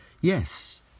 yes